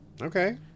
Okay